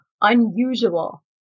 unusual